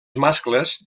mascles